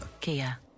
Kia